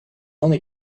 only